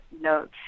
no